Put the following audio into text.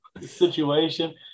situation